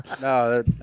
No